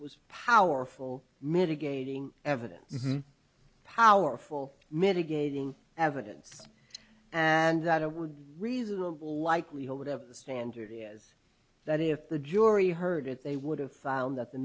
was powerful mitigating evidence powerful mitigating evidence and that it were reasonable likelihood of the standard is that if the jury heard it they would have found that the